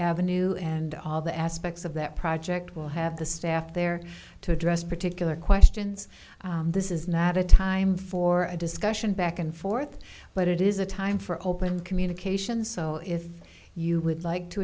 avenue and all the aspects of that project will have the staff there to address particular questions this is not a time for a discussion back and forth but it is a time for open communication so if you would like to